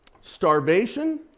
starvation